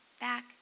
back